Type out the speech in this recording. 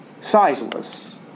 sizeless